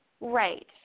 Right